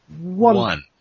one